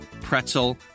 pretzel